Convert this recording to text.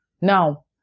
Now